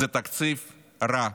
זה תקציב רע,